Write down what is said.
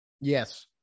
Yes